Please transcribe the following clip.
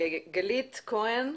גלית כהן,